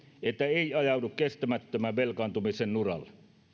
että ei ajauduta kestämättömän velkaantumisen uralle